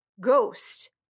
Ghost